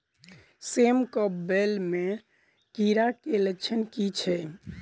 सेम कऽ बेल म कीड़ा केँ लक्षण की छै?